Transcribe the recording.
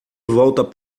volta